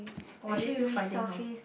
or are they still finding her